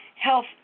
health